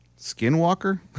Skinwalker